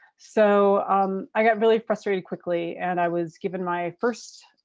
so um i got really frustrated quickly and i was given my first